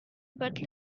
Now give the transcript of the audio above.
but